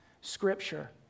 scripture